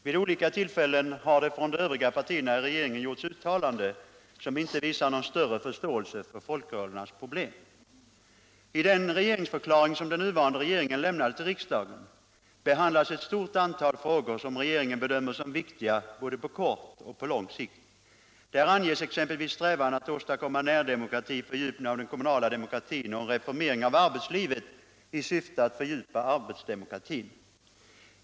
Vid olika tillfällen har de övriga partierna i regeringen gjort uttalanden som inte visar någon större förståelse för folkrörelsernas problem. I den regeringsförklaring som den nuvarande regeringen lämnade till riksdagen tas ett stort antal frågor upp som regeringen bedömer som viktiga, både på kort och på lång sikt. Där anges exempelvis strävan att åstadkomma närdemokrati, fördjupa den kommunala demokratin och reformera arbetslivet i syfte att fördjupa arbetsdemokratin.